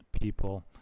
people